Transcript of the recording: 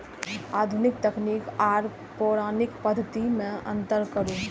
आधुनिक तकनीक आर पौराणिक पद्धति में अंतर करू?